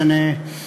לא משנה עשיר,